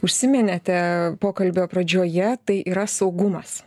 užsiminėte pokalbio pradžioje tai yra saugumas